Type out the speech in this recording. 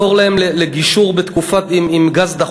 כל מה שהם מבקשים זה לעזור עד הרגע שהגז,